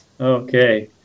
Okay